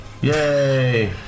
Yay